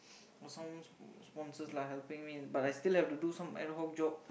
got some sponsors lah helping me but I still have to do some ad hoc job